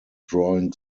drawing